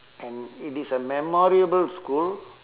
and it is a memorable school